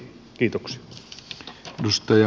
arvoisa puhemies